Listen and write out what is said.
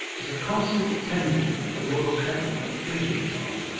was a constant attendant at the royal kennel at feeding-time,